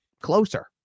closer